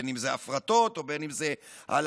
בין שזה הפרטות,